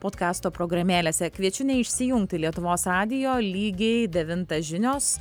podkasto programėlėse kviečiu neišsijungti lietuvos radijo lygiai devintą žinios